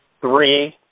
three